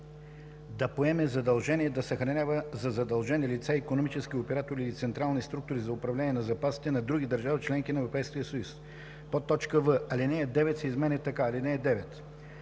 да поеме задължение да съхранява за задължени лица, икономически оператори или централни структури за управление на запасите на други държави – членки на Европейския съюз.“; в) алинея 9 се изменя така: „(9)